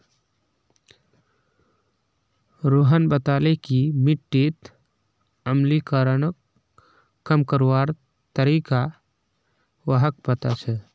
रोहन बताले कि मिट्टीत अम्लीकरणक कम करवार तरीका व्हाक पता छअ